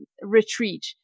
retreat